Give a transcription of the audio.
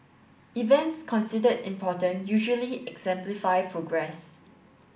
events considered important usually exemplify progress